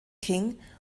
king